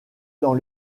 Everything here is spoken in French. dans